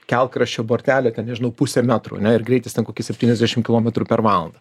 kelkraščio bortelio ten nežinau puse metro ar ne ir greitis ten koki septyniasdešim kilometrų per valandą